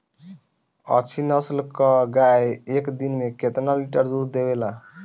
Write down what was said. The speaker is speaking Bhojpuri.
अच्छी नस्ल क गाय एक दिन में केतना लीटर दूध देवे ला?